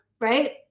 right